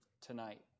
tonight